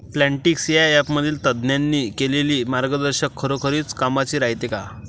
Plantix या ॲपमधील तज्ज्ञांनी केलेली मार्गदर्शन खरोखरीच कामाचं रायते का?